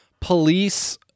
police